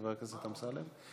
חבר הכנסת אמסלם.